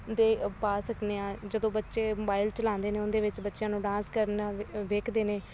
ਦੇ ਅ ਪਾ ਸਕਦੇ ਹਾਂ ਜਦੋਂ ਬੱਚੇ ਮੋਬਾਈਲ ਚਲਾਉਂਦੇ ਨੇ ਉਹਦੇ ਵਿੱਚ ਬੱਚਿਆਂ ਨੂੰ ਡਾਂਸ ਕਰਨ ਵੇਖਦੇ ਨੇ